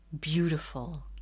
beautiful